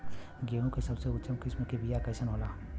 गेहूँ के सबसे उच्च किस्म के बीया कैसन होला?